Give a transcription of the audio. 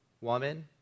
woman